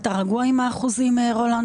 אתה רגוע עם האחוזים האלה?